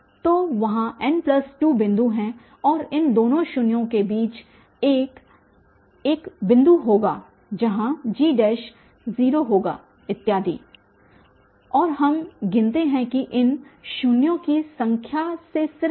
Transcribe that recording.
तो वहाँ n2 बिन्दु हैं और इन दोनों शून्यों के बीच 1 एक बिंदु होगा जहाँ G 0 होगा इत्यादि और हम गिनते हैं कि यह इन शून्यों की संख्या से सिर्फ 1 कम होगा